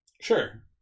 Sure